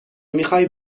میخوای